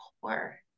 core